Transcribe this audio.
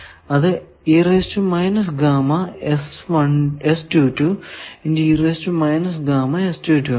അത് ആണ്